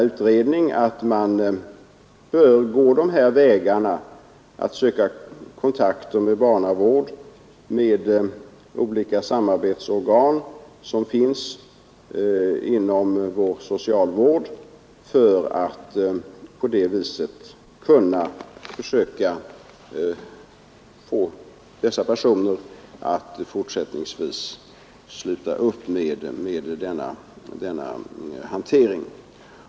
Utredningen förordade också att man bör söka kontakter med barnavård och de olika samarbetsorgan som finns inom vår socialvård för att på den vägen få dessa personer att i fortsättningen sluta upp med denna hantering.